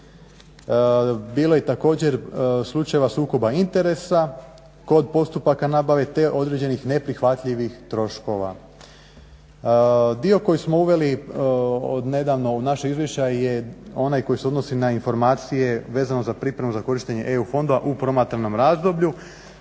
Bilo je također i slučajeva sukoba interesa kod postupaka nabave te određenih neprihvatljivih troškova. Dio koji smo uveli odnedavno u naša izvješća je onaj koji se odnosi na informacije vezano za pripremu za korištenje EU fondova u promatranom razdoblju